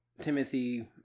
Timothy